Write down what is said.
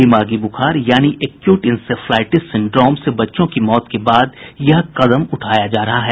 दिमागी ब्रखार यानी एक्यूट इंसेफ्लाइटिस सिंड्रॉम से बच्चों की मौत के बाद यह कदम उठाया जा रहा है